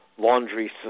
Laundry